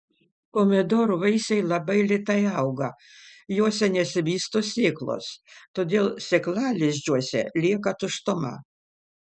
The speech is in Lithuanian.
pomidorų vaisiai labai lėtai auga juose nesivysto sėklos todėl sėklalizdžiuose lieka tuštuma